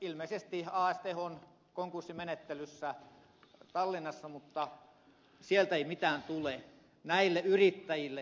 ilmeisesti as teho on konkurssimenettelyssä tallinnassa mutta sieltä ei mitään tule näille yrittäjille